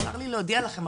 צר לי להודיע לכם.